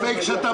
פייק.